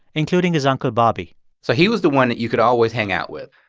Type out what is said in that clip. including his uncle bobby so he was the one that you could always hang out with,